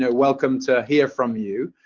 ah welcome to hear from you.